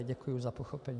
Děkuji za pochopení.